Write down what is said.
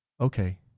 okay